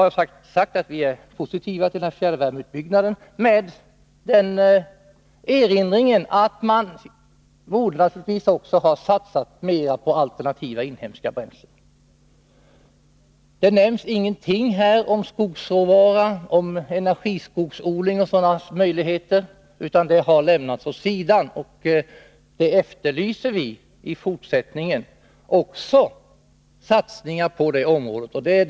Jag har sagt att vi är positiva till fjärrvärmeutbyggnaden — med den erinringen att man naturligtvis borde ha satsat mer på alternativa inhemska bränslen. Det nämns ingenting om skogsråvara, energiskogsodling osv., utan detta har helt lämnats åt sidan. Vi efterlyser en satsning på det området i fortsättningen.